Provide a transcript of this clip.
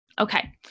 Okay